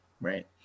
Right